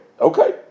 Okay